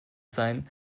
sein